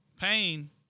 Pain